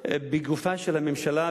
בגופה של הממשלה,